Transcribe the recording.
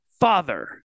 father